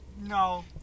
no